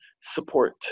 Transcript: support